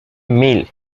mil